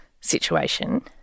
situation